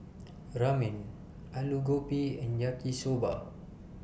Ramen Alu Gobi and Yaki Soba